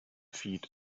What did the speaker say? feed